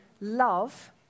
love